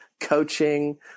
coaching